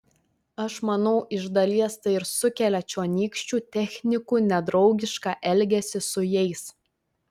aš manau iš dalies tai ir sukelia čionykščių technikų nedraugišką elgesį su jais